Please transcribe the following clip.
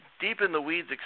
deep-in-the-weeds